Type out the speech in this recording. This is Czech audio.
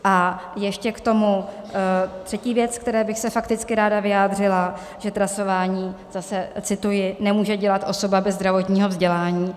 A ještě třetí věc, ke které bych se fakticky ráda vyjádřila, že trasování zase cituji nemůže dělat osoba bez zdravotního vzdělání.